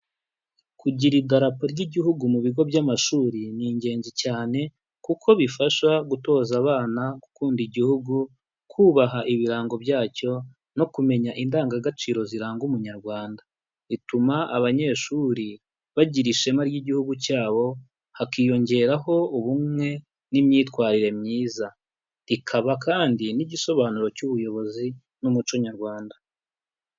Kugira idarapo ry'igihugu mu bigo by'amashuri ni ingenzi cyane kuko bifasha gutoza abana gukunda igihugu, kubaha ibirango byacyo no kumenya indangagaciro ziranga umunyarwanda. Ituma abanyeshuri bagira ishema ry'igihugu cyabo hakiyongeraho ubumwe n'imyitwarire myiza rikaba kandi n'igisobanuro cy'ubuyobozi n'umuco Nyarwanda.